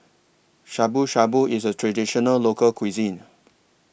Shabu Shabu IS A Traditional Local Cuisine